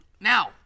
Now